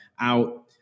out